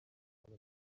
cours